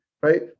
right